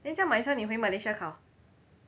then 这样 might as well 你回 Malaysia 考